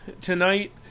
tonight